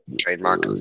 Trademark